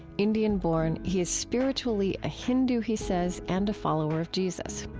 indian-born, he is spiritually a hindu, he says, and a follower of jesus.